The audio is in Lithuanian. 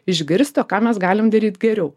išgirsti o ką mes galim daryt geriau